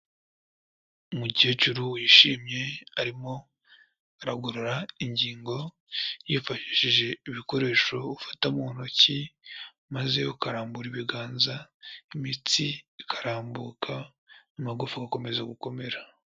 Umukecuru wishimye arimo aragorora ingingo yifashishije ibikoresho ufata mu ntoki maze ukarambura ibiganza, imitsi ikarambuka, amagufa agakomeza gukomera.